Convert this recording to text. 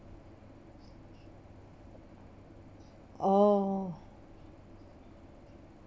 oh